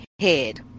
head